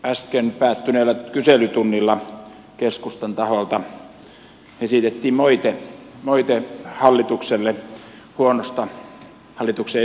äsken päättyneellä kyselytunnilla keskustan taholta esitettiin moite hallitukselle huonosta hallituksen esitysten valmistelusta